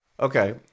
okay